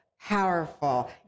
powerful